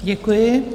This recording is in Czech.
Děkuji.